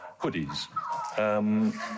hoodies